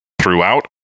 throughout